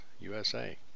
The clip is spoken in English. USA